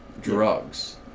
drugs